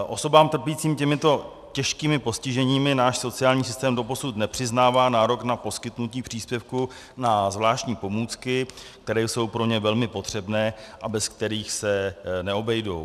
Osobám trpícím těmito těžkými postiženími náš sociální systém doposud nepřiznává nárok na poskytnutí příspěvku na zvláštní pomůcky, které jsou pro ně velmi potřebné a bez kterých se neobejdou.